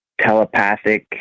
telepathic